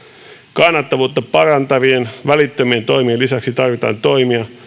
kannattavuutta parantavien välittömien toimien lisäksi tarvitaan toimia